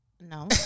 no